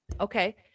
okay